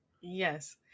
Yes